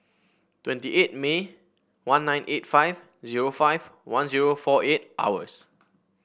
twenty eight May one nine eight five zero five one zero four eight hours